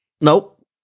Nope